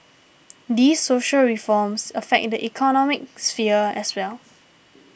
these social reforms affect the economic sphere as well